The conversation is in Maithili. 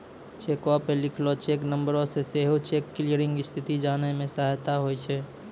चेको पे लिखलो चेक नंबरो से सेहो चेक क्लियरिंग स्थिति जाने मे सहायता होय छै